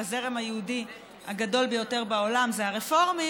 הזרם היהודי הגדול בעולם זה הרפורמים